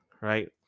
right